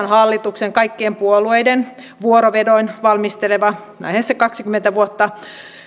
hallituksen kaikkien puolueiden vuorovedoin valmistelema lähes kaksikymmentä vuotta